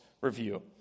review